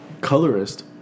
colorist